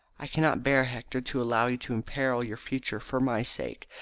i cannot bear, hector, to allow you to imperil your future for my sake,